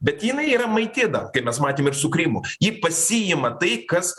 bet jinai yra maitėda kaip mes matėm ir su krymu ji pasiima tai kas